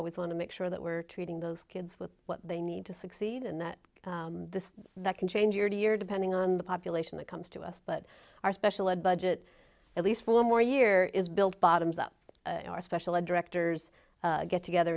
always want to make sure that we're treating those kids with what they need to succeed and that that can change your year depending on the population that comes to us but our special ed budget at least four more year is built bottoms up our special ed directors get together